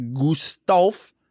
Gustav